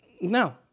No